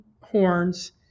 horns